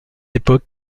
époque